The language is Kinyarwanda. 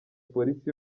polisi